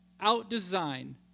out-design